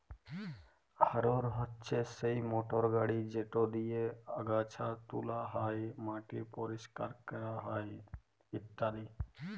harrow হছে সেই motor গাড়ি যেট দিঁয়ে আগাছা তুলা হ্যয়, মাটি পরিষ্কার ক্যরা হ্যয় ইত্যাদি